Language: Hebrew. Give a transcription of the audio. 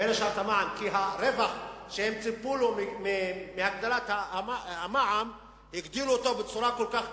כי את הרווח שהם ציפו לו מהגדלת המע"מ הם הגדילו בצורה כל כך גדולה,